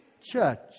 church